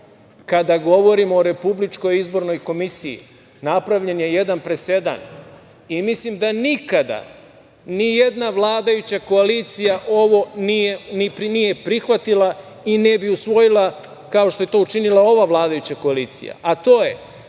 kada govorimo o RIK, napravljen je jedan presedan i mislim da nikada ni jedna vladajuća koalicija ovo nije prihvatila i ne bi usvojila kao što je to učinila ova vladajuća koalicija,